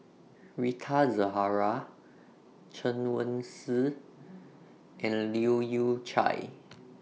Rita Zahara Chen Wen Hsi and Leu Yew Chye